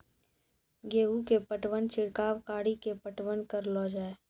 गेहूँ के पटवन छिड़काव कड़ी के पटवन करलो जाय?